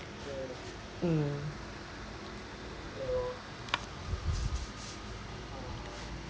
mm